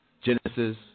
Genesis